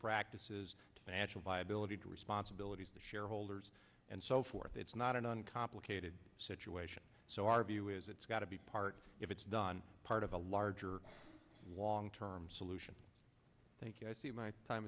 practices natural viability to responsibilities to shareholders and so forth it's not an uncomplicated situation so our view is it's got to be part if it's done part of a larger long term solution thank you i think my time